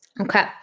Okay